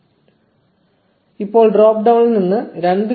1428 ഇപ്പോൾ ഡ്രോപ്പ് ഡൌണിൽ നിന്ന് 2